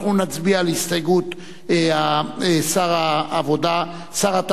אנחנו נצביע על הסתייגות שר התעשייה,